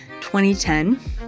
2010